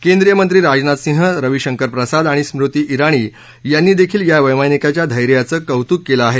केंद्रीय मंत्री राजनाथ सिंह रवीशंकर प्रसाद आणि स्मृती इराणी यांनी देखील या वैमानिकाच्या धैर्याचं कौतुक केलं आहे